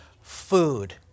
food